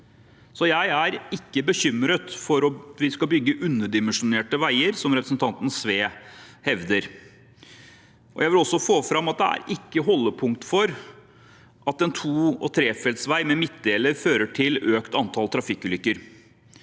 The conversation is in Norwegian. jeg er ikke bekymret for at vi skal bygge underdimensjonerte veier, som representanten Sve hevder. Jeg vil også få fram at det ikke er holdepunkt for at en to- og trefelts vei med midtdeler fører til et økt antall trafikkulykker.